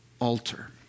altar